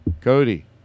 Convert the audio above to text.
Cody